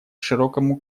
широкому